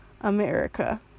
America